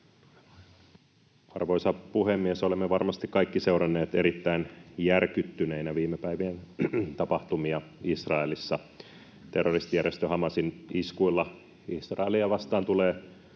Arvoisa puhemies! Olemme varmasti kaikki seuranneet erittäin järkyttyneinä viime päivien tapahtumia Israelissa. Terroristijärjestö Hamasin iskuilla Israelia vastaan tulee